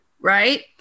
Right